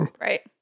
Right